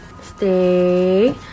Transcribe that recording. Stay